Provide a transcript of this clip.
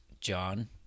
John